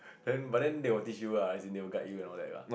then but then they will teach you ah as in they will guide you and all that lah